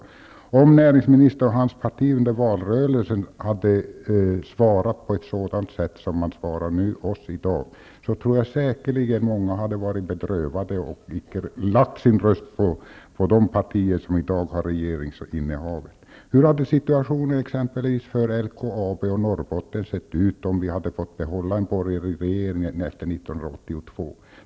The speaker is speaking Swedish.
Hade näringsministern och hans parti under valrörelsen svarat på ett sådant sätt som man gör i dag, hade många säkerligen varit bedrövade och icke lagt sin röst på de partier som i dag har regeringsinnehavet. Hur hade t.ex. situationen sett ut för LKAB och Norrbotten om vi hade fått behålla en borgerlig regering efter 1982?